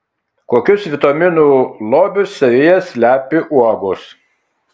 kokius vitaminų lobius savyje slepia uogos